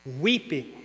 weeping